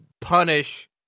punish